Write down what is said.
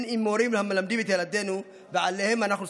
אם מורים המלמדים את ילדינו ועליהם אנו סומכים,